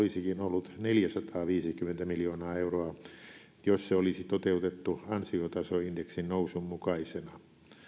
olisikin ollut neljäsataaviisikymmentä miljoonaa euroa jos se olisi toteutettu ansiotasoindeksin nousun mukaisena